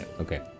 okay